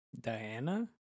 Diana